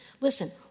Listen